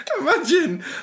Imagine